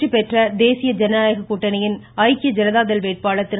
வெற்றி பெற்ற தேசிய ஜனநாயக கூட்டணியின் ஐக்கிய ஜனதாதள் வேட்பாளர் திரு